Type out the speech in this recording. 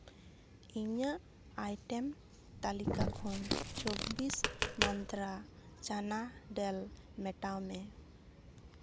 ᱤᱧᱟᱹᱜ ᱟᱭᱴᱮᱢ ᱛᱟᱹᱞᱤᱠᱟ ᱠᱷᱚᱱ ᱪᱚᱵᱵᱤᱥ ᱢᱟᱱᱛᱨᱟ ᱪᱟᱱᱟ ᱰᱟᱞ ᱢᱮᱴᱟᱣ ᱢᱮ